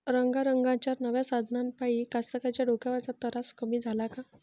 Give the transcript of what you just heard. रंगारंगाच्या नव्या साधनाइपाई कास्तकाराइच्या डोक्यावरचा तरास कमी झाला का?